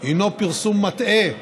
הוא פרסום מטעה,